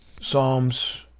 psalms